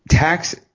Tax